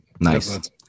Nice